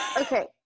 Okay